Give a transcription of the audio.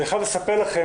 אני חייב לספר לכם,